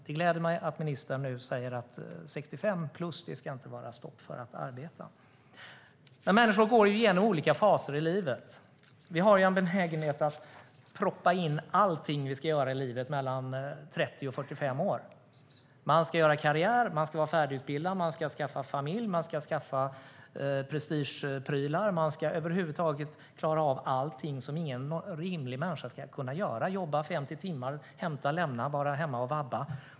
Det gläder mig att ministern nu säger att 65-plus inte ska innebära stopp för att arbeta. Människor går igenom olika faser i livet. Vi har en benägenhet att proppa in allting vi ska göra i livet under åren mellan 30 och 45. Man ska göra karriär, man ska vara färdigutbildad och man ska skaffa familj. Man ska skaffa prestigeprylar. Man ska över huvud taget klara av allting som ingen rimlig människa kan - jobba 50 timmar, hämta och lämna samt vara hemma och vabba.